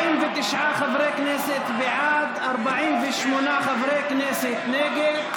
49 חברי כנסת בעד, 48 חברי כנסת נגד.